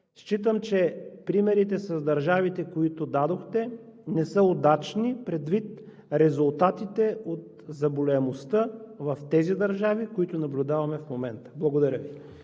Считам, че примерите с държавите, които дадохте, не са удачни предвид резултатите от заболеваемостта в тези държави, които наблюдаваме в момента. Благодаря Ви.